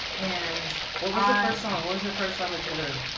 and. what was her first time that you heard?